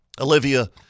Olivia